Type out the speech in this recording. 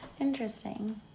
Interesting